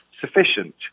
sufficient